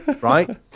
right